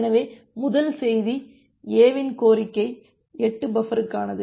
எனவே முதல் செய்தி A வின் கோரிக்கை 8 பஃபருக்கானது